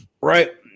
Right